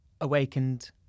awakened